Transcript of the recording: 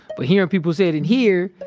but here, when people say it in here,